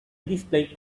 display